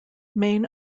main